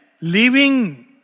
leaving